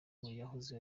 yahoze